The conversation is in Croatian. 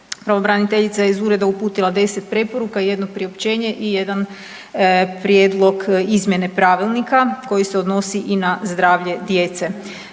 pravobraniteljica je iz ureda uputila 10 preporuka, jedno priopćene i jedan prijedlog izmjene pravilnika koji se odnosi i na zdravlje djece.